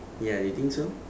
ya you think so